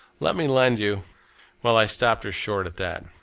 let me lend you well, i stopped her short at that.